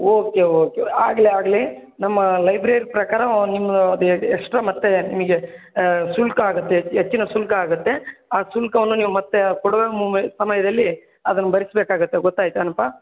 okay okay ಆಗಲಿ ಆಗಲಿ ನಮ್ಮ ಲೈಬ್ರೆರಿ ಪ್ರಕಾರ ನಿಮ್ಮದು ಅದು ಎಕ್ಸ್ಟ್ರಾ ಮತ್ತು ನಿಮಗೆ ಶುಲ್ಕ ಆಗುತ್ತೆ ಹೆಚ್ಚಿನ ಶುಲ್ಕ ಆಗುತ್ತೆ ಆ ಶುಲ್ಕವನ್ನು ನೀವು ಮತ್ತೆ ಕೊಡುವ ಸಮಯದಲ್ಲಿ ಅದನ್ನ ಭರಿಸಬೇಕಾಗತ್ತೆ ಗೊತ್ತಾಯಿತೇನಪ್ಪ